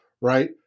right